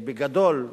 בגדול.